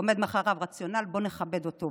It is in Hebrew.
עומד מאחוריו רציונל, בוא נכבד אותו.